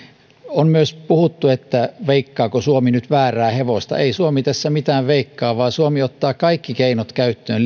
on myös puhuttu siitä veikkaako suomi nyt väärää hevosta ei suomi tässä mitään veikkaa vaan suomi ottaa kaikki keinot käyttöön